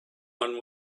one